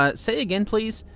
ah say again, please?